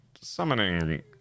summoning